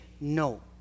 no